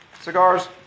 cigars